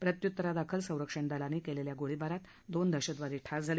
प्रत्युत्तरादाखल संरक्षण दलांनी क्लिखा गोळीबारात दोन दहशतवादी ठार झाल